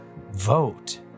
Vote